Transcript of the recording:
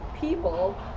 people